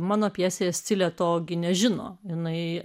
mano pjesė scilė to gi nežino jinai